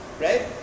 right